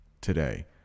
today